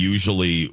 Usually